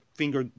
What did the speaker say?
finger